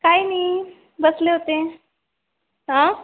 काय नाही बसले होते हां